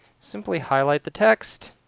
simply highlight the text